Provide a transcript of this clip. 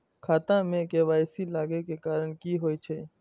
खाता मे के.वाई.सी लागै के कारण की होय छै?